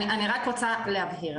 אני רק רוצה להבהיר,